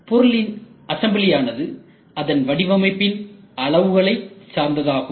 பொருளின் அசம்பிளி ஆனது அதன் வடிவமைப்பின் அளவுகளை சார்ந்ததாகும்